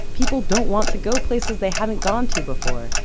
people don't want to go places they haven't gone to before,